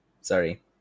Sorry